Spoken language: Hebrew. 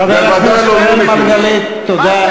חבר הכנסת מרגלית, תודה.